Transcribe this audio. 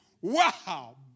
Wow